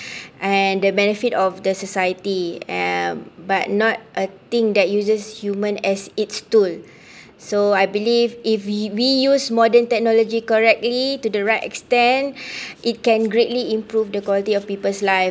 and the benefit of the society um but not a thing that uses human as its tool so I believe if we we use modern technology correctly to the right extend it can greatly improve the quality of peoples life